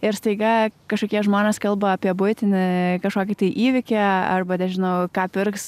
ir staiga kažkokie žmonės kalba apie buitinį kažkokį tai įvykį arba nežinau ką pirks